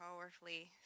powerfully